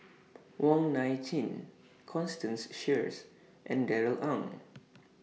Wong Nai Chin Constance Sheares and Darrell Ang